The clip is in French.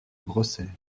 brossaient